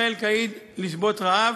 החל קאיד לשבות רעב.